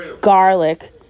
garlic